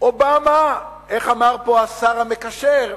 אובמה, איך אמר פה השר המקשר?